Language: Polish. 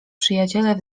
przyjaciele